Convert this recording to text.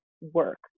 work